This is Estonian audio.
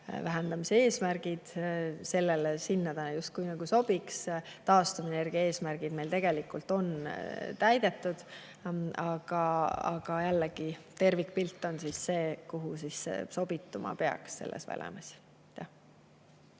CO2vähendamise eesmärgid, siis sinna ta justkui sobiks. Taastuvenergia eesmärgid meil tegelikult on täidetud. Aga jällegi, tervikpilt on see, kuhu see sobituma peaks selles valemis.